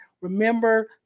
remember